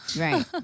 Right